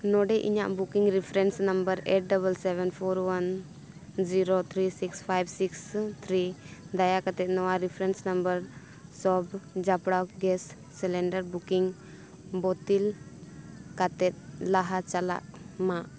ᱱᱚᱰᱮ ᱤᱧᱟᱹᱜ booking reference number eight double seven four one zero three six five six three ᱫᱟᱭᱟ ᱠᱟᱛᱮᱫ ᱱᱚᱣᱟ ᱨᱮᱯᱷᱟᱨᱮᱱᱥ ᱱᱟᱢᱵᱟᱨ ᱥᱚᱵ ᱡᱚᱯᱲᱟᱣ ᱜᱮᱥ ᱥᱤᱞᱤᱱᱰᱟᱨ ᱵᱩᱠᱤᱝ ᱵᱟᱹᱛᱤᱞ ᱠᱟᱛᱮᱫ ᱞᱟᱦᱟ ᱪᱟᱞᱟᱜ ᱢᱟ